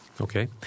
Okay